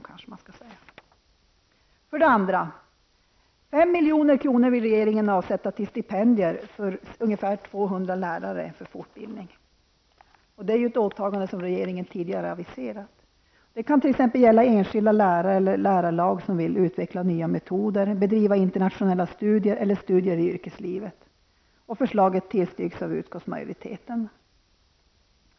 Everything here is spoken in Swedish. För det andra: Regeringen vill avsätta 5 miljoner kronor till stipendier avsedda för fortbildning av ungefär 200 lärare. Det är ett åtagande som regeringen tidigare har aviserat. Det kan gälla t.ex. enskilda lärare eller lärarlag som vill utveckla nya metoder eller som vill bedriva internationella studier eller studier i yrkeslivet. Förslaget tillstyrks av utskottsmajoriteten.